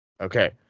Okay